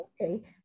okay